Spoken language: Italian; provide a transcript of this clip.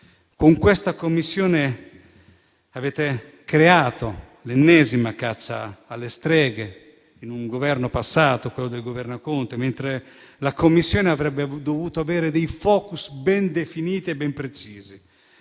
Con questa Commissione avete creato l'ennesima caccia alle streghe in un Governo passato, quello Conte, mentre la Commissione avrebbe dovuto avere dei *focus* ben definiti e precisi,